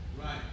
Right